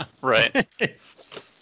Right